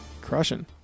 Crushing